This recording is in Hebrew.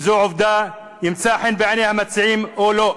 וזו עובדה, ימצא חן בעיני המציעים או לא.